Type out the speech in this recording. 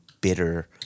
bitter